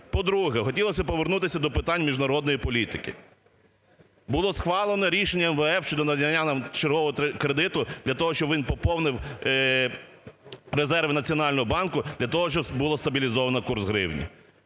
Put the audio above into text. По-друге, хотілось би повернутися до питань міжнародної політики. Було схвалено рішення МВФ щодо надання нам чергового кредиту для того, щоб він поповнив резерви Національного банку для того, щоб було стабілізовано курс гривні.